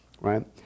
Right